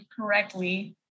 correctly